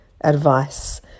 advice